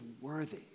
worthy